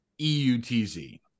EUTZ